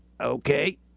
Okay